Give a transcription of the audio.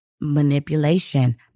manipulation